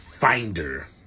finder